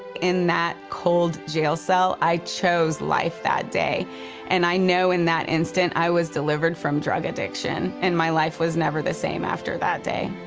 in that cold jail cell i chose life that day and i know in that instant i was delivered from drug addiction. and my life was never the same after that day.